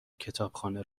کتابخانه